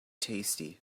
tasty